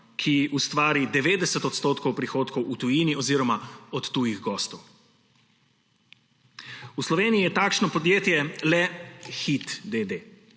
ustvari 90 % prihodkov v tujini oziroma od tujih gostov. V Sloveniji je takšno podjetje le Hit, d.